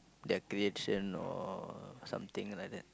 declaration or something like that